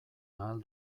ahal